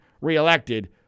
reelected